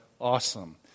awesome